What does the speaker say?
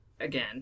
again